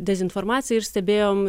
dezinformaciją ir stebėjom